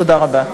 תודה רבה.